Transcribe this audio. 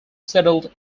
settled